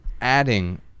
adding